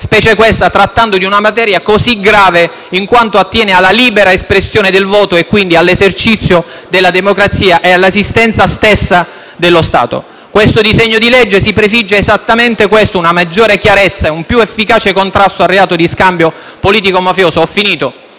specie questa, trattando una materia così grave in quanto attiene alla libera espressione del voto e quindi all'esercizio della democrazia e all'esistenza stesso dello Stato. Il disegno di legge in esame si prefigge esattamente questo, cioè maggiore chiarezza e un più efficace contrasto al reato di scambio politico-mafioso. Rispetto